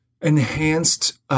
enhanced –